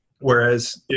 Whereas